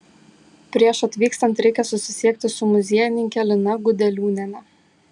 prieš atvykstant reikia susisiekti su muziejininke lina gudeliūniene